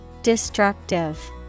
Destructive